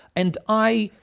and i